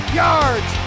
yards